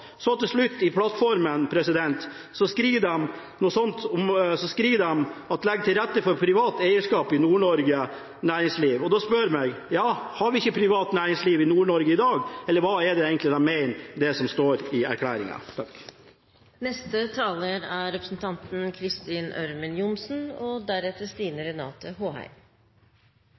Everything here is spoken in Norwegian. Så til slutt: I plattformen skriver de at de skal legge til rette for privat eierskap i Nord-Norges næringsliv. Da spør jeg meg: Har vi ikke privat næringsliv i Nord-Norge i dag, eller hva er det egentlig de mener med det som står i erklæringa? Det er flott at opposisjonen er